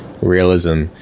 Realism